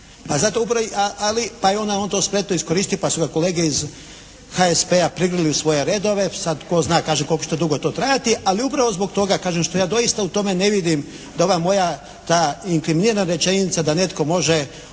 Ali je, pa je on to spretno iskoristio pa su ga kolege iz HSP-a primili u svoje redove. Sad tko zna kažem koliko će to dugo to trajati. Ali upravo zbog toga kažem što ja doista ne vidim da ova moja ta inkriminirana rečenica da netko može